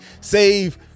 save